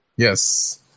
Yes